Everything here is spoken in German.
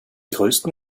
größten